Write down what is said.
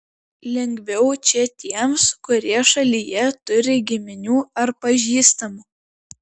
lengviau čia tiems kurie šalyje turi giminių ar pažįstamų